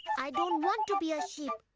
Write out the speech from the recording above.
i don't want to be a sheep.